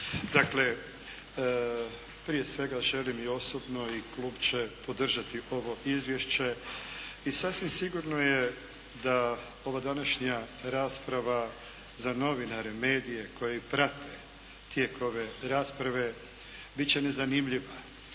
Dakle prije svega želim i osobno i Klub će podržati ovo izvješće i sasvim sigurno je da ova današnja rasprava za novinare, medije koji prate tijek ove rasprave bit će nezanimljiva